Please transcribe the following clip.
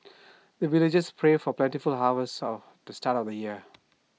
the villagers pray for plentiful harvest of the start of the year